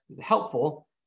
helpful